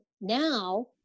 now